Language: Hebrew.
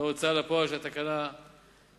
ההוצאה לפועל של התקנה לתקופת